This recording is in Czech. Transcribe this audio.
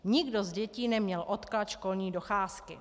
Nikdo z dětí neměl odklad školní docházky.